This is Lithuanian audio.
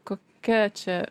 kokia čia